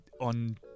on